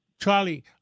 Charlie